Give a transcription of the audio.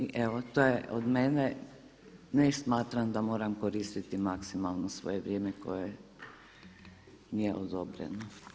I ovo to je od mene, ne smatram da moram koristiti maksimalno svoje vrijeme koje mi je odobreno.